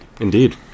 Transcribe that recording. Indeed